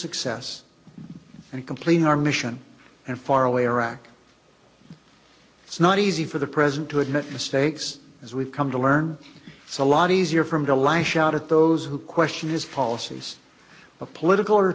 success and completing our mission and faraway arac it's not easy for the president to admit mistakes as we've come to learn a lot easier for him to lash out at those who question his policies of political or